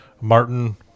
Martin